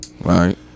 Right